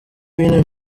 w’intebe